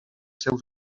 seus